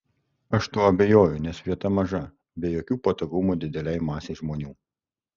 aš tuo abejoju nes vieta ta maža be jokių patogumų didelei masei žmonių